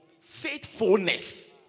faithfulness